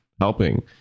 helping